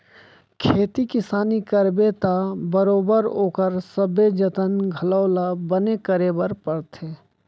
खेती किसानी करबे त बरोबर ओकर सबे जतन घलौ ल बने करे बर परथे